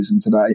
today